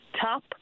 top